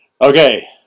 Okay